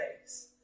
face